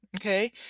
okay